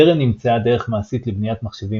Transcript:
טרם נמצאה דרך מעשית לבניית מחשבים